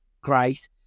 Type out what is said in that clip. great